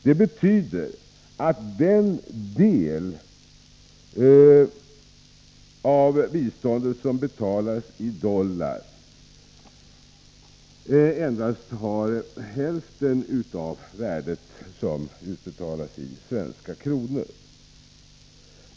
Det betyder att köpkraften hos de medel som avsatts för den del av biståndet som skall betalas i dollar har reducerats till hälften.